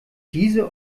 diese